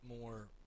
more